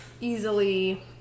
easily